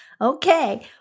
Okay